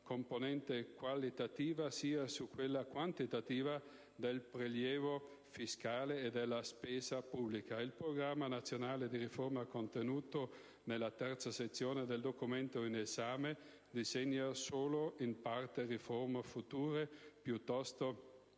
componente qualitativa sia su quella quantitativa del prelievo fiscale e della spesa pubblica. Il Programma nazionale di riforma, contenuto nella terza sezione del Documento in esame, disegna solo in parte riforme future, piuttosto